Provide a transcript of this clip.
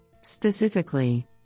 Specifically